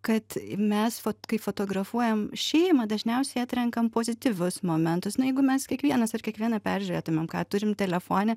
kad mes kai fotografuojam šeimą dažniausiai atrenkam pozityvus momentus nu jeigu mes kiekvienas ar kiekviena peržiūrėtumėm ką turim telefone